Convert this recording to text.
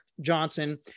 Johnson